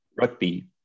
rugby